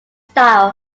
style